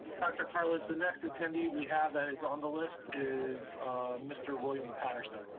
dr. cartlidge, the next attendee we have that is on the list is mr. william patterson.